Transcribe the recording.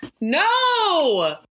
No